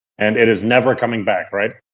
and it is never coming back, right?